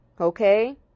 Okay